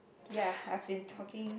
ya I've been talking